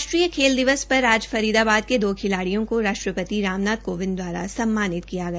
राष्ट्रिय खेल दिवस पर आज फरीदाबाद के दो खिलाड़ियों को राष्ट्रपति श्री रामनाथ कोविंद द्वारा सम्मानित किया गया